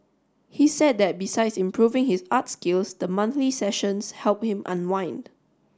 he said that besides improving his art skills the monthly sessions help him unwind